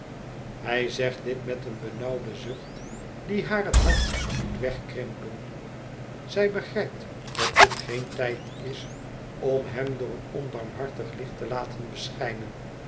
hij zegt dit met een benauwden zucht die haar het hart doet wegkrimpen zij begrijpt dat dit geen tijd is om hem door een onbarmhartig licht te laten beschijnen